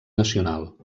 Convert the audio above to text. nacional